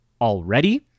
already